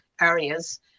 areas